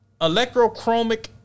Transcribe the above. Electrochromic